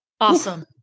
Awesome